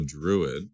druid